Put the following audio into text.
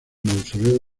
mausoleo